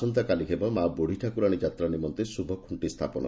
ଆସନ୍ତା କାଲି ହେବ ମା' ବୁଡ଼ୀ ଠାକୁରାଶୀ ଯାତ୍ରାନିମନ୍ତେ ଶୁଭଖୁ ସ୍ତାପନ